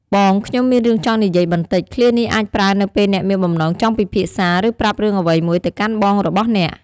"បងខ្ញុំមានរឿងចង់និយាយបន្តិច!" ឃ្លានេះអាចប្រើនៅពេលអ្នកមានបំណងចង់ពិភាក្សា ឬប្រាប់រឿងអ្វីមួយទៅកាន់បងរបស់អ្នក។